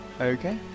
Okay